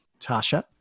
Tasha